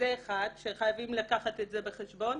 שחייבים לקחת את זה בחשבון.